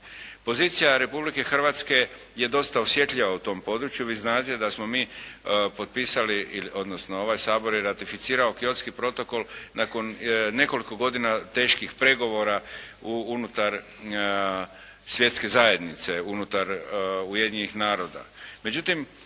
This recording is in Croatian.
Pozicija Republike Hrvatske je dosta osjetljiva u tom području. Vi znate da smo mi potpisali odnosno ovaj Sabor je ratificirao Kyotski protokol nakon nekoliko godina teških pregovora unutar Svjetske zajednice, unutar Ujedinjenih naroda.